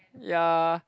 ya